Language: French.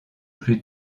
plus